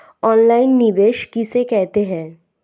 Online निवेश किसे कहते हैं?